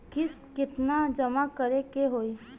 किस्त केतना जमा करे के होई?